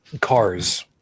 cars